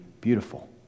beautiful